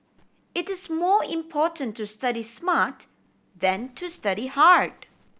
it is more important to study smart than to study hard